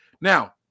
Now